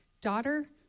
daughter